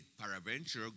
paraventure